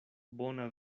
bona